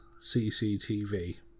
CCTV